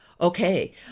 Okay